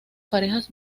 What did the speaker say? parejas